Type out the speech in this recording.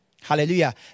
Hallelujah